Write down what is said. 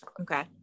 okay